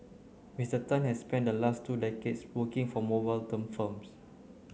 Mister Tan has spent the last two decades working for mobile term firms